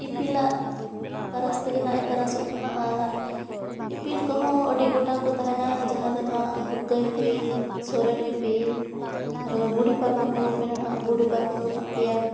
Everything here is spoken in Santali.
ᱤᱯᱤᱞᱟᱜ ᱛᱟᱨᱟᱥ ᱛᱮᱜᱮ ᱱᱟᱦᱟᱜ ᱮ ᱛᱟᱨᱟᱥᱚᱜ ᱠᱟᱱᱟ ᱟᱨ ᱤᱯᱤᱞ ᱠᱚᱦᱚᱸ ᱟᱹᱰᱤ ᱜᱚᱴᱟᱝ ᱠᱚ ᱛᱟᱦᱮᱱᱟ ᱡᱟᱦᱟᱸ ᱫᱚ ᱱᱟᱦᱟᱜ ᱵᱷᱩᱨᱠᱟᱹ ᱤᱯᱤᱞ ᱥᱚᱨᱮᱱ ᱤᱯᱤᱞ ᱟᱨᱦᱚᱸ ᱵᱩᱰᱷᱤ ᱯᱟᱨᱠᱚᱢ ᱦᱚᱸᱵᱚᱱ ᱢᱮᱱᱟ ᱱᱟᱦᱟᱜ ᱵᱩᱰᱷᱤ ᱯᱟᱨᱠᱚᱢ ᱫᱚ ᱱᱟᱦᱟᱜ ᱯᱮᱭᱟ